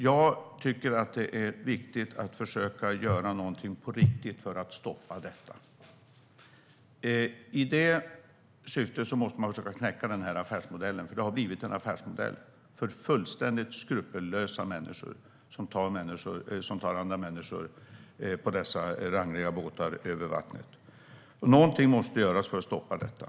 Jag tycker att det är viktigt att försöka göra något riktigt för att stoppa detta. I det syftet måste man försöka knäcka den här affärsmodellen. Det har nämligen blivit en affärsmodell för fullkomligt skrupellösa människor som tar människor på dessa rangliga båtar över vattnet. Något måste göras för att stoppa detta.